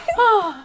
oh,